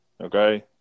Okay